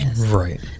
Right